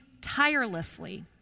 tirelessly